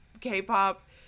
K-pop